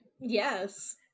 Yes